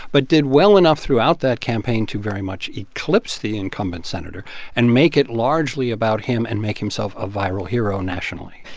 but did well enough throughout that campaign to very much eclipse the incumbent senator and make it largely about him and make himself a viral hero nationally